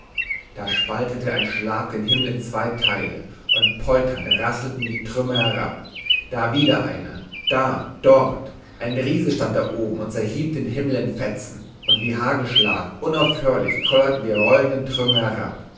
da spaltete ein schlag den himmel in zwei teile und polternd rasselten die trümmer herab da wieder einer da dort ein riese stand da oben und zerhieb den himmel in fetzen und wie hagelschlag unaufhörlich kollerten die rollenden trümmer herab